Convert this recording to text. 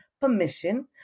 permission